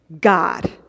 God